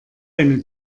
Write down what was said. eine